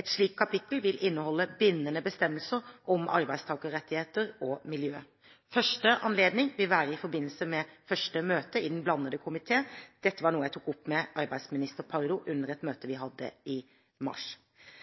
Et slikt kapittel vil inneholde bindende bestemmelser om arbeidstakerrettigheter og miljø. Første anledning vil være i forbindelse med første møte i Den blandede komité. Dette var noe jeg tok opp med arbeidsminister Pardo under et møte vi hadde i mars.